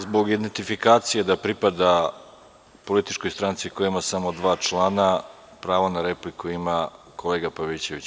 Zbog identifikacije da pripada političkoj stranci koja ima samo dva člana, pravo na repliku ima kolega Pavićević.